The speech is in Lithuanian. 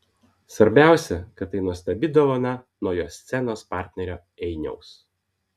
svarbiausia kad tai nuostabi dovana nuo jo scenos partnerio einiaus